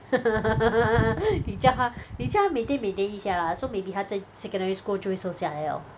你叫她你叫她每天 mayday 一下 lah so 她 maybe 在 secondary school 就会瘦下来 liao